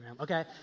okay